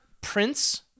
Prince